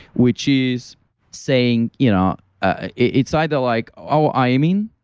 which is saying, you know ah it's either like, oh, i mean,